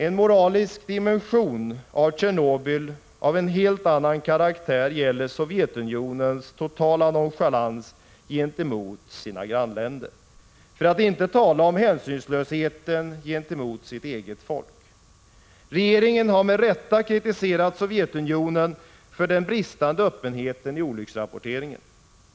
En moralisk dimension av Tjernobylolyckan av en helt annan karaktär gäller Sovjetunionens totala nonchalans gentemot sina grannländer — för att inte tala om hänsynslösheten gentemot sitt eget folk. Regeringen har med rätta kritiserat Sovjetunionen för den bristande öppenheten i olycksrapporteringen.